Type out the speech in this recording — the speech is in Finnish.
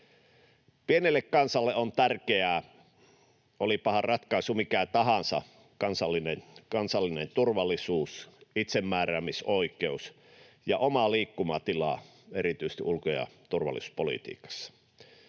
Pienelle kansalle on tärkeää, olipahan ratkaisu mikä tahansa, kansallinen turvallisuus, itsemääräämisoikeus ja oma liikkumatila erityisesti ulko- ja turvallisuuspolitiikassa.